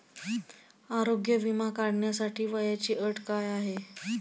आरोग्य विमा काढण्यासाठी वयाची अट काय आहे?